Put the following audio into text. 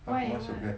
aku masuk guard